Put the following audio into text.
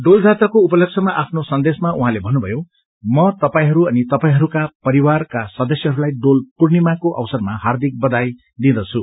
डोल जात्राको उपलक्ष्यमा आफ्नो सन्देशसमा उहाँले भन्नुभयो म तपाईहरू अनि तपाईहरूका परिवारका सदस्यहरूलाई डोल पूर्णिमाको अवसरमा हार्दिक बधाई दिँदछु